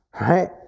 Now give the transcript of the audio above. right